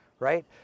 right